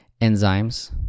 enzymes